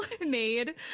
made